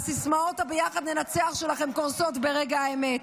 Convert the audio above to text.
סיסמאות ה"ביחד ננצח" שלכם קורסות ברגע האמת,